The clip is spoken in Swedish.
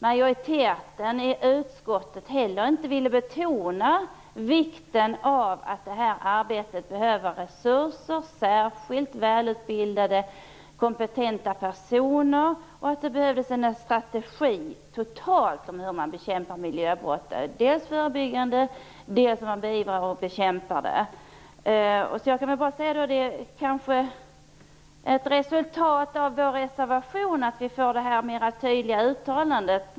Majoriteten i utskottet ville inte betona vikten av att det finns resurser för detta arbete i form av särskilt välutbildade, kompetenta personer. Det behövs också en total strategi för bekämpning av miljöbrotten, dels för förebyggande bekämpning, dels för hur miljöbrotten skall beivras. Det kanske är ett resultat av vår reservation att vi nu får detta mer tydliga uttalande.